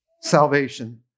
Salvation